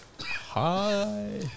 Hi